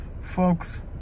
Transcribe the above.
folks